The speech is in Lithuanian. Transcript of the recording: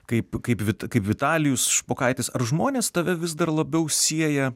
kaip vitalijus špokaitis ar žmonės tave vis dar labiau sieja